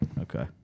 Okay